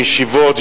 ישיבות,